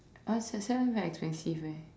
uh s~ set one very expensive eh